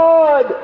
God